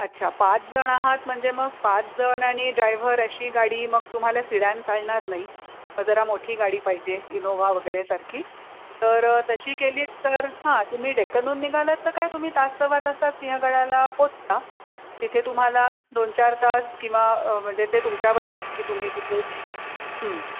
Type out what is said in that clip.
अच्छा पाच जण आहात म्हणजे मग पाच जण आणि ड्रायव्हर अशी गाडी मग तुम्हाला सिडॅन चालणार नाही जरा मोठी गाडी पाहिजे इनोवा वगैरे सारखी तर तशी केलीत तर हां तुम्ही डेक्कनहून निघालात तर काय तुम्ही तास सव्वा तासात सिंहगडाला पोचता तिथे तुम्हाला दोन चार तास किंवा म्हणजे ते तुमच्यावर आहे की तुम्ही तिथे